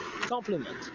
compliment